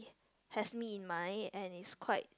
has me in mind and it's quite